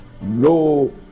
no